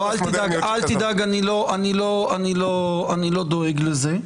אל תדאג, אני לא דואג לזה.